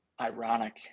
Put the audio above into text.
ironic